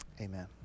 Amen